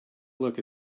look